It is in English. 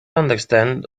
understand